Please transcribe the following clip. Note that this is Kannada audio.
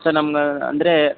ಸರ್ ನಮ್ಗೆ ಅಂದರೆ